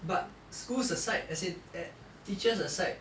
but schools aside as in eh teachers aside